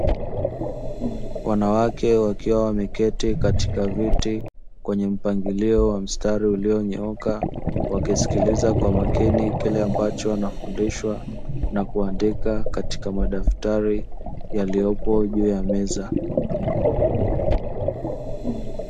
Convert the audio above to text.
Wanawake wakiwa wameketi katika viti kwenye mpangilio wa mstari ulionyooka wakisikiliza kwa makini kile ambacho wanafundishwa na kuandika katika madaftari yaliyopo juu ya meza.